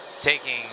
Taking